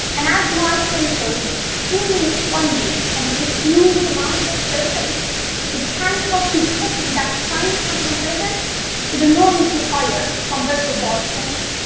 and as my sensor is extremely spongy and has a huge amount of so surface, the chance of detecting that tiny concentration is enormously higher compared to a bulk sensor.